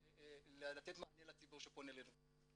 ולתת מענה לציבור שפונה אלינו.